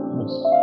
Yes